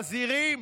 מזהירים.